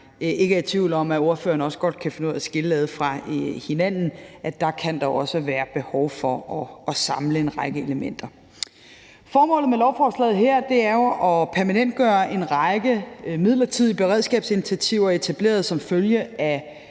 ikke er i tvivl om at ordførerne også godt kan finde ud af at skille ad fra hinanden, kan være et behov for at samle en række elementer. Formålet med lovforslaget her er jo at permanentgøre en række midlertidige beredskabsinitiativer, der er etableret som følge af